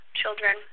children